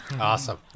awesome